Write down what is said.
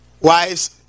wives